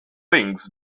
things